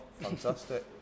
fantastic